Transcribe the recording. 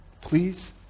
please